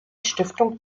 stiftung